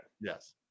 Yes